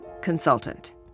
consultant